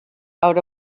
out